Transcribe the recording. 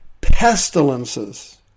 Pestilences